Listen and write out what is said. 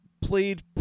played